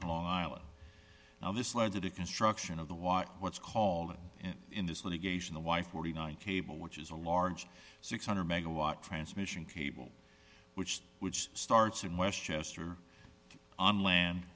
long island now this led to the construction of the water what's called in in this litigation the why forty nine cable which is a large six hundred megawatt transmission cable which which starts in westchester on land